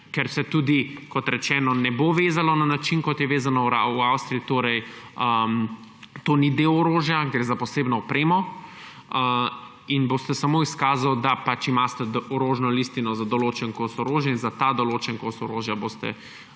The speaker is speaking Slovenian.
ker se tudi, kot rečeno, ne bo vezalo na način, kot je vezano v Avstriji, torej to ni del orožja, gre za posebno opremo, in boste samo izkazali, da imate orožno listino za določen kos orožja in za ta določeni kos orožja boste